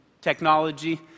technology